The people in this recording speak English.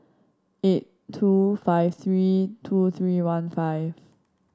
eight two five three two three one five